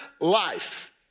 life